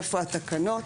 איפה התקנות?